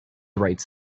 writes